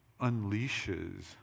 unleashes